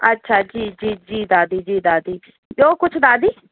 अछा जी जी जी जी दादी जी दादी ॿियो कुझु दादी